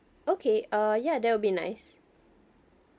okay uh ya that will be nice